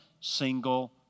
single